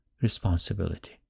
responsibility